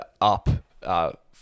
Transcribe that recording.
up